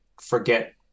forget